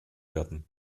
werden